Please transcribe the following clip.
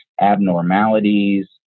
abnormalities